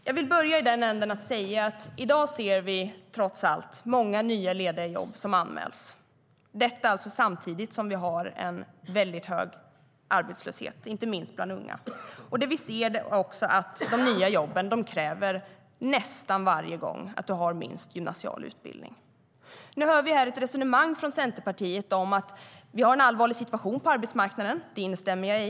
Herr talman! I dag ser vi trots allt många nya lediga jobb. Detta sker samtidigt som vi har en väldigt hög arbetslöshet, inte minst bland unga. Vi ser också att de nya jobben nästan varje gång kräver minst gymnasial utbildning. Nu hör vi ett resonemang från Centerpartiet. Man säger att vi har en allvarlig situation på arbetsmarknaden. Det instämmer jag i.